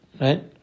Right